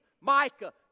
Micah